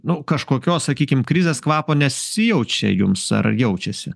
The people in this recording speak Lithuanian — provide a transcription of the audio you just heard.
nu kažkokios sakykim krizės kvapo nesijaučia jums ar jaučiasi